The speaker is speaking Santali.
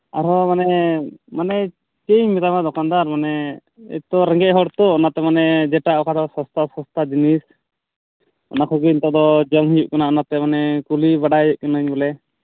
ᱟᱨᱦᱚᱸ ᱢᱟᱱᱮ ᱢᱟᱱᱮ ᱪᱮᱫ ᱤᱧ ᱢᱮᱛᱟᱢᱟ ᱫᱚᱠᱟᱱᱫᱟᱨ ᱢᱟᱱᱮ ᱮᱛᱚ ᱨᱮᱸᱜᱮᱡᱽ ᱦᱚᱲᱛᱚ ᱚᱱᱟᱛᱮ ᱢᱟᱱᱮ ᱡᱮᱴᱟ ᱚᱠᱟᱫᱚ ᱥᱚᱥᱛᱟ ᱥᱚᱥᱛᱟ ᱡᱤᱱᱤᱥ ᱚᱱᱟ ᱠᱚᱜᱮ ᱱᱮᱛᱟᱨ ᱫᱚ ᱡᱚᱢ ᱦᱩᱭᱩᱜ ᱠᱟᱱᱟ ᱚᱱᱟᱛᱮ ᱢᱟᱱᱮ ᱠᱩᱞᱤ ᱵᱟᱲᱟᱭᱮᱫ ᱠᱟᱹᱱᱟᱹᱧ ᱵᱚᱞᱮ